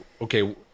okay